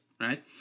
Right